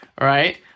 right